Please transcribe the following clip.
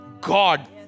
God